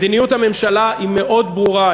מדיניות הממשלה היא מאוד ברורה.